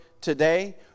Today